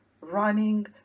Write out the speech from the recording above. running